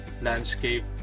landscape